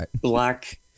black